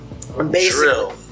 Drill